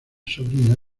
sobrina